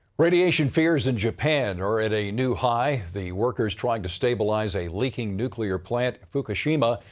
radiation fears in japan are at a new high. the workers trying to stabilize a leaking nuclear plant, fukushima,